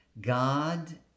God